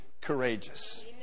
courageous